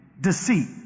deceit